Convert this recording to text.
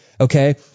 Okay